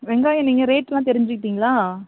வெங்காயம் நீங்கள் ரேட்டெலாம் தெரிஞ்சுக்கிட்டிங்களா